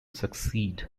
succeed